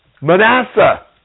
Manasseh